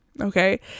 okay